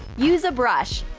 use a brush.